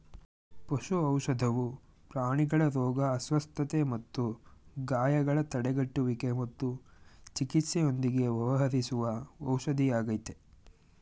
ಪಶು ಔಷಧವು ಪ್ರಾಣಿಗಳ ರೋಗ ಅಸ್ವಸ್ಥತೆ ಮತ್ತು ಗಾಯಗಳ ತಡೆಗಟ್ಟುವಿಕೆ ಮತ್ತು ಚಿಕಿತ್ಸೆಯೊಂದಿಗೆ ವ್ಯವಹರಿಸುವ ಔಷಧಿಯಾಗಯ್ತೆ